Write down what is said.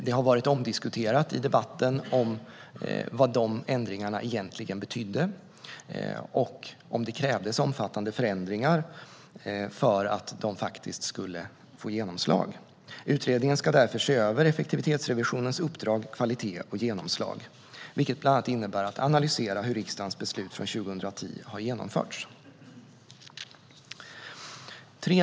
Det har varit omdiskuterat i debatten vad de ändringarna egentligen betydde och om det krävdes omfattande förändringar för att de skulle få genomslag. Utredningen ska därför se över effektivitetsrevisionens uppdrag, kvalitet och genomslag, vilket bland annat innebär att analysera hur riksdagens beslut från år 2010 har genomförts. Fru talman!